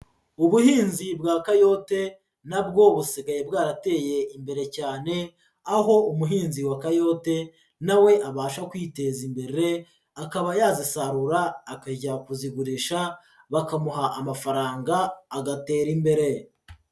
Ubuhinzi bwa kayote na bwo busigaye bwarateye imbere cyane, aho umuhinzi wa kayote nawe abasha kwiteza imbere, akaba yazisarura akajya kuzigurisha bakamuha amafaranga agatera imbere.